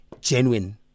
genuine